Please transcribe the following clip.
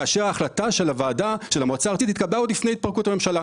כאשר ההחלטה של המועצה הארצית התקבלה עוד לפני התפרקות הכנסת.